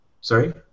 Sorry